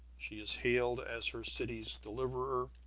she is hailed as her city's deliverer.